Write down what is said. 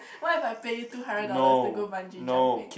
what if I pay you two hundred dollars to go bungee jumping